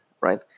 right